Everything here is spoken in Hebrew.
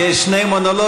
כי יש שני מונולוגים,